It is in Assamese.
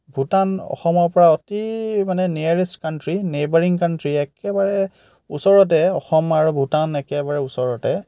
ভূটান অসমৰ পৰা অতি মানে নিয়েৰেষ্ট কাউণ্ট্ৰি নেইবাৰিং কাউণ্ট্ৰি একেবাৰে ওচৰতে অসম আৰু ভূটান একেবাৰে ওচৰতে